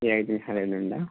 eighteen hundred and